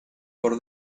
por